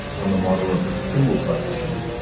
on the model of a symbol processing,